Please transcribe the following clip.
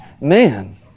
man